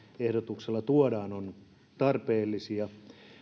ehdotuksella tuodaan ovat tarpeellisia